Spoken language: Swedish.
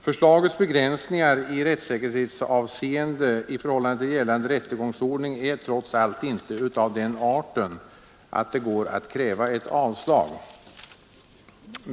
Förslagets begränsningar i rättssäkerhetsavseende i förhållande till gällande rättegångsordning är trots allt inte av den arten att det går att kräva ett avslag.